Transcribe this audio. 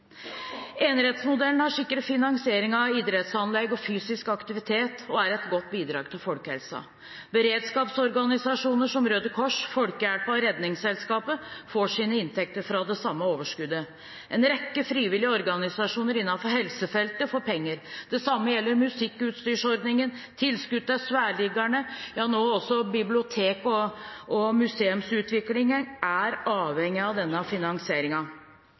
Enerettsmodellen har sikret finansieringen av idrettsanlegg og fysisk aktivitet og er et godt bidrag til folkehelsen. Beredskapsorganisasjoner som Røde Kors, Folkehjelpen og Redningsselskapet får sine inntekter fra det samme overskuddet. En rekke frivillige organisasjoner innenfor helsefeltet får penger. Det samme gjelder musikkutstyrsordningen, tilskudd til skværriggerne – ja, også bibliotek- og museumsutviklingen er avhengig av denne